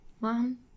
Mom